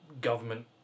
Government